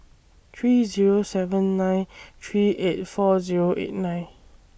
three Zero seven nine three eight four Zero eight nine